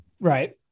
Right